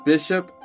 Bishop